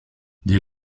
des